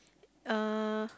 uh